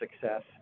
success